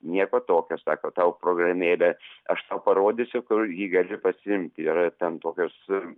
nieko tokio sako tau programėlė aš tau parodysiu kur ji gali pasiimti yra ten tokios